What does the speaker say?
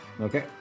Okay